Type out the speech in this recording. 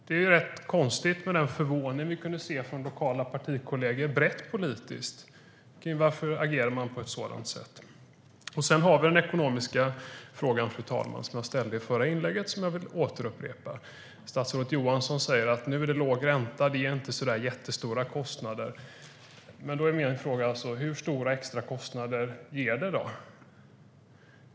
Det är rätt konstigt med den förvåning vi kunde se hos lokala partikollegor, brett politiskt, kring frågan: Varför agerar man på ett sådant sätt? Sedan har vi den ekonomiska frågan, fru talman, som jag ställde i det förra inlägget och som jag vill upprepa. Statsrådet Johansson säger: Nu är det låg ränta. Det ger inte jättestora kostnader. Men då är min fråga: Hur stora extrakostnader ger det?